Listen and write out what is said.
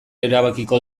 erabakiko